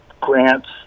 grants